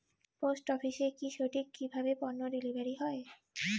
Post অফিসে কি সঠিক কিভাবে পন্য ডেলিভারি হয়?